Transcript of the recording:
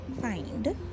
find